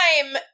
time